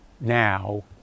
now